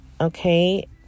okay